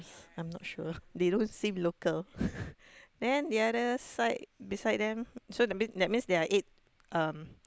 I'm not sure they don't seem local then the other side beside them so a bit that means there are eight um